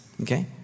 Okay